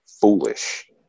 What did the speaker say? foolish